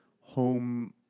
home